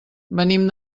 venim